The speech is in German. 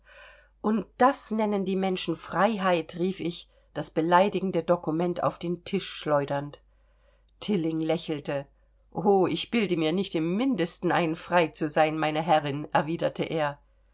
und das nennen die menschen freiheit rief ich das beleidigende dokument auf den tisch schleudernd tilling lächelte o ich bilde mir nicht im mindesten ein frei zu sein meine herrin erwiderte er